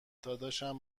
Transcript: دادشمم